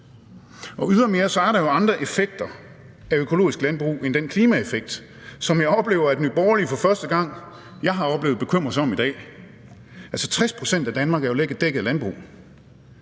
Ydermere er der jo andre effekter af økologisk landbrug end den klimaeffekt, som jeg oplever at Nye Borgerlige for første gang bekymrer sig om i dag. Altså, 60 pct. af Danmark er jo dækket af landbrug.